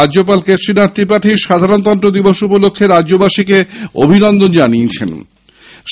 রাজ্যপাল কেশরী নাথ ত্রিপাঠী সাধারণতন্ত্র দিবস উপলক্ষ্যে রাজ্যবাসীকে অভিনন্দন জানিয়েছেন